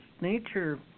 Nature